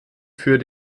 für